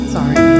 Sorry